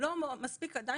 הן עדיין לא מספיק מותאמות.